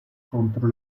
contro